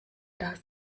das